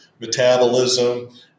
metabolism